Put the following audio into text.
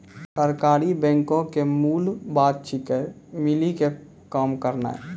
सहकारी बैंको के मूल बात छिकै, मिली के काम करनाय